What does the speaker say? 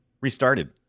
restarted